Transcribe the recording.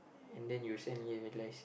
and then you suddenly realise